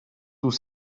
tous